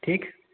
ٹھیک